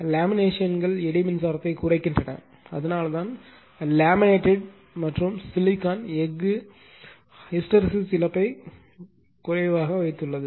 லேமினேஷன்கள் eddy மின்சாரத்தைக் குறைக்கின்றன அதனால்தான் லேமினேட் மற்றும் சிலிக்கான் எஃகு ஹைஸ்டெரிஸிஸ் இழப்பை குறைந்தபட்சமாக வைத்திருக்கிறது